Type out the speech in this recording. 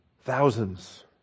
Thousands